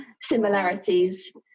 similarities